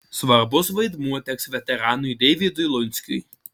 svarbus vaidmuo teks veteranui deivydui lunskiui